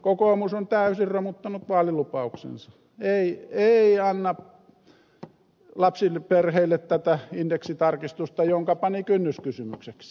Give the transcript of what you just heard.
kokoomus on täysin romuttanut vaalilupauksensa ei anna lapsiperheille tätä indeksitarkistusta jonka pani kynnyskysymykseksi